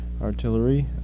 artillery